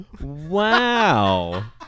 Wow